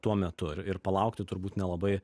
tuo metu ir ir palaukti turbūt nelabai